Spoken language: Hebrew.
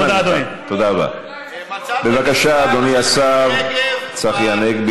בבקשה, עוד עשר שניות.